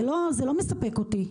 זה לא מספק אותי.